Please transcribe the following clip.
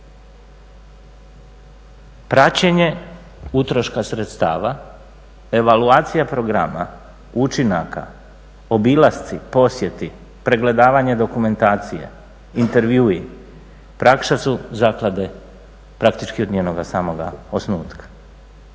Praćenje utroška sredstava, evaluacija programa, učinaka, obilasci, posjeti, pregledavanje dokumentacije, intervjui, praksa su zaklade praktički od njenoga samoga osnutka.